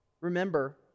Remember